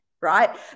right